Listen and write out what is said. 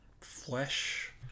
flesh